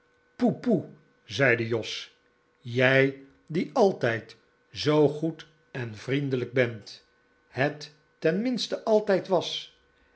poe zeide jos jij die altijd zoo goed en vriendelijk bent het ten minste altijd was